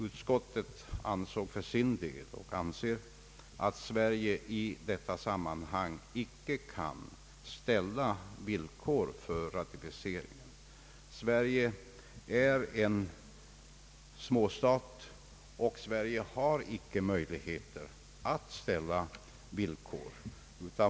Utskottet anser för sin del att Sverige i detta sammanhang icke kan ställa villkor för ratificeringen. Sverige är en li ten stat och har icke möjligheter att ställa villkor.